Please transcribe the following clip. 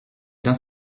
dans